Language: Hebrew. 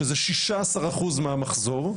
שזה שישה עשר אחוז מהמחזור.